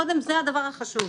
קודם זה הדבר החשוב,